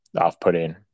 off-putting